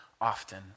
often